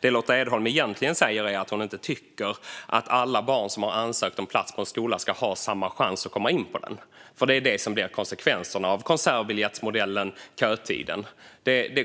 Det Lotta Edholm egentligen säger är att hon inte tycker att alla barn som har ansökt om plats på en skola ska ha samma chans att komma in på den. Det är det som blir konsekvenserna av konsertbiljettsmodellen med kötid.